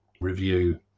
review